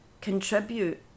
contribute